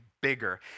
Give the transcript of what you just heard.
bigger